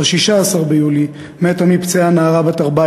ב-16 ביולי מתה מפצעיה נערה בת 14